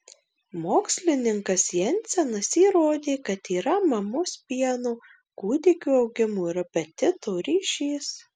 mokslininkas jensenas įrodė kad yra mamos pieno kūdikio augimo ir apetito ryšys